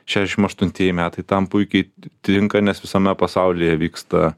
šešiasdešimt aštuntieji metai tam puikiai tinka nes visame pasaulyje vyksta